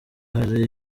hari